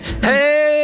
hey